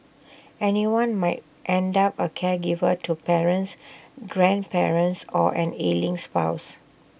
anyone might end up A caregiver to parents grandparents or an ailing spouse